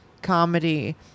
Comedy